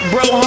bro